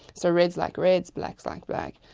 so reds like reds, blacks like black.